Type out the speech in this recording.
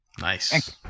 Nice